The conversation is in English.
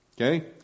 okay